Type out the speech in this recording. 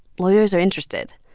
lawyers are interested.